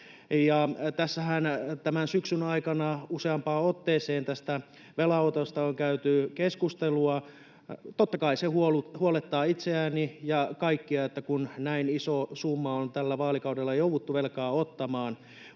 Tämän syksyn aikana useampaan otteeseen on käyty keskustelua tästä velanotosta. Totta kai se huolettaa itseäni ja kaikkia, että näin iso summa on tällä vaalikaudella jouduttu velkaa ottamaan,